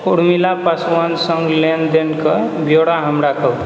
उर्मिला पासवान सङ्ग लेनदेनक ब्यौरा हमरा कहू